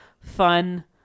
fun